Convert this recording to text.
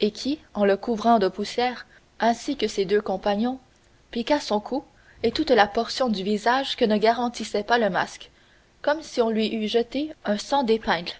et qui en le couvrant de poussière ainsi que ses deux compagnons piqua son cou et toute la portion du visage que ne garantissait pas le masque comme si on lui eût jeté un cent d'épingles